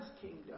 kingdom